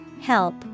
Help